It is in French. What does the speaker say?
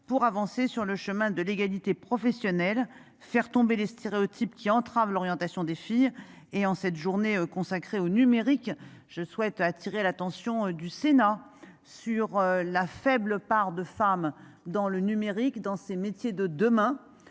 pour avancer sur le chemin de l'égalité professionnelle, faire tomber les stéréotypes qui entravent l'orientation des filles et en cette journée consacrée au numérique. Je souhaite attirer l'attention du Sénat sur la faible part de femmes dans le numérique dans ces métiers de demain